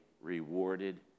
rewarded